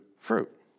fruit